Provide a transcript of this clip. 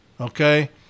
Okay